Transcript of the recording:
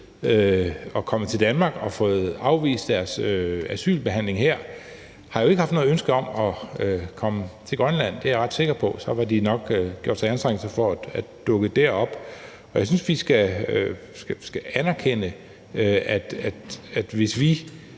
er kommet til Danmark og har fået afvist deres asylbehandling her, har jo ikke haft noget ønske om at komme til Grønland. Det er jeg ret sikker på. For så havde de nok gjort sig anstrengelser for at dukke op dér. Hvis vi vil lave sådan et